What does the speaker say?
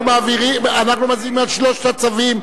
אנחנו מצביעים על שלושת הצווים,